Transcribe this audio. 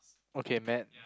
okay met